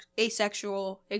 asexual